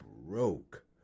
broke